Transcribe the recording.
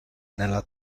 nella